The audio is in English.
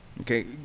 Okay